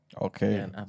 okay